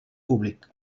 públic